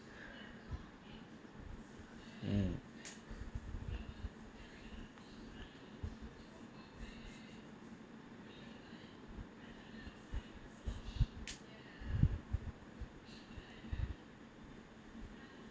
um